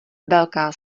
velká